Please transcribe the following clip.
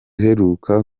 iheruka